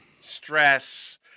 stress